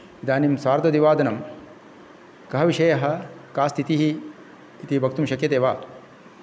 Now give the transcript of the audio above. इदानीं सार्धद्विवादनम् कः विषयः का स्थितिः इति वक्तुं शक्यते वा